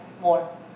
more